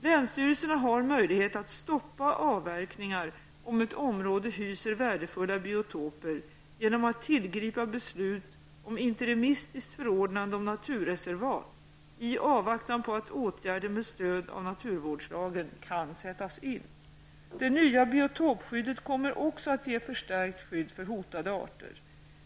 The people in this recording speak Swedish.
Länsstyrelserna har möjlighet att stoppa avverkningar om ett område hyser värdefulla biotoper genom att tillgripa beslut om interimistiskt förordnande om naturreservat i avvaktan på att åtgärder med stöd av naturvårdslagen kan sättas in. Det nya biotopskyddet kommer också att ge förstärkt skydd för hotade arter.